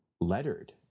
lettered